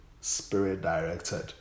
spirit-directed